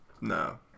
No